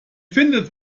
findet